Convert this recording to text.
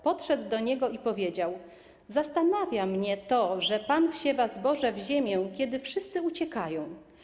Podszedł do niego i powiedział: Zastanawia mnie to, że pan wsiewa zboże w ziemię, kiedy wszyscy uciekają.